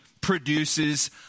produces